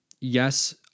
Yes